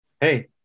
Hey